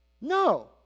No